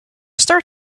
start